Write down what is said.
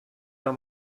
der